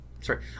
Sorry